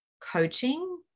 coaching